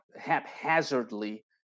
haphazardly